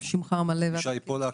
תודה.